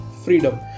freedom